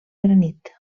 granit